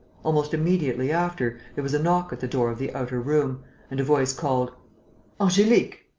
almost immediately after, there was a knock at the door of the outer room and a voice called angelique!